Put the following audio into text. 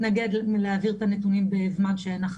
הנתונים.